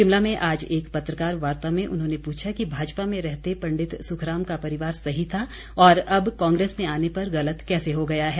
शिमला में आज एक पत्रकार वार्ता में उन्होंने पूछा कि भाजपा में रहते पंडित सुखराम का परिवार सही था और अब कांग्रेस में आने पर गलत कैसे हो गया है